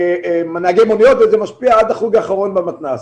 נהגי מוניות וזה משפיע עד החוג האחרון במתנ"ס.